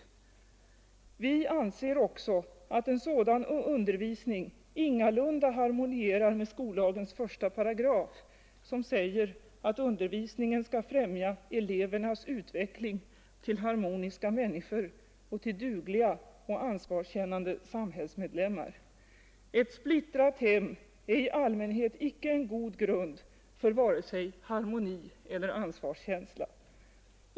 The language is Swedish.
Vi anser också att en sådan undervisning ingalunda harmonierar med skollagens 1 8, som säger att undervisningen skall främja elevernas utveckling till harmoniska människor och till dugliga och ansvarskännade samhällsmedlemmar. Ett splittrat hem är i allmänhet icke en god grund för vare sig harmoni eller ansvarskänsla.